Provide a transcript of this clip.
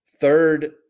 third